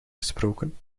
gesproken